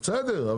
בסדר,